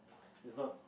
is not